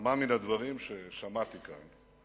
לכמה מן הדברים ששמעתי כאן,